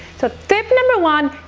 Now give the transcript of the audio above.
so tip number one,